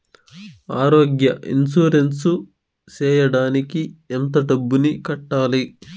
ఆరోగ్య ఇన్సూరెన్సు సేయడానికి ఎంత డబ్బుని కట్టాలి?